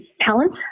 talent